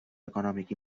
econòmic